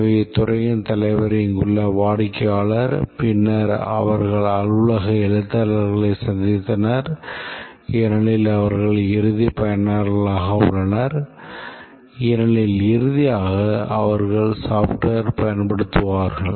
எனவே துறையின் தலைவர் இங்குள்ள வாடிக்கையாளர் பின்னர் அவர்கள் அலுவலக எழுத்தர்களை சந்தித்தனர் ஏனெனில் அவர்கள் இறுதி பயனர்களாக உள்ளனர் ஏனெனில் இறுதியாக அவர்கள் software பயன்படுத்துவார்கள்